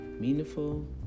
meaningful